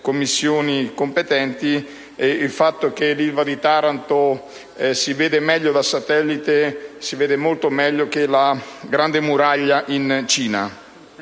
Commissioni competenti, il fatto che l'Ilva di Taranto si vede dal satellite molto meglio che la Grande muraglia in Cina.